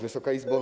Wysoka Izbo!